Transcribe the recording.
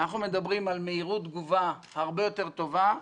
אנחנו מדברים על מהירות תגובה הרבה יותר טובה.